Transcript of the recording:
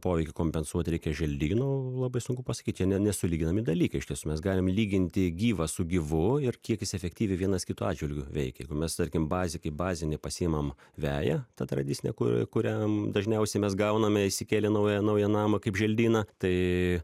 poveikį kompensuot reikia želdynų labai sunku pasakyt nesulyginami dalykai iš tiesų mes galim lyginti gyvą su gyvu ir kiek is efektyviai vienas kito atžvilgiu veikia jeigu mes tarkim bazį kaip bazinį pasiimam veją tą tradicinę kur kurią dažniausiai mes gauname įsikėlę į naują naują namą kaip želdyną tai